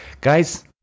guys